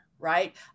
right